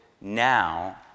now